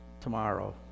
tomorrow